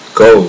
go